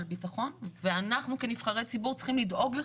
ביטחון ואנחנו כנבחרי ציבור צריכים לדאוג לכך,